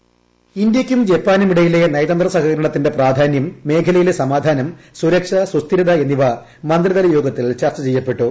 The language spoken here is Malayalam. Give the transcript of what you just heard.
വോയ്സ് ഇന്ത്യയ്ക്കും ജപ്പാനുമിടയിലെ നയതന്ത്ര സഹകരണത്തിന്റെ പ്രധാന്യം മേഖലയിലെ സമാധാനം സുരക്ഷ സുസ്ഥിരത എന്നിവ മന്ത്രിതല യോഗത്തിൽ ചർച്ച ചെയ്യപ്പെട്ടു